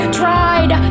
tried